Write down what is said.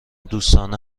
دوستانه